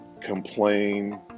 complain